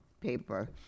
paper